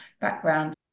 background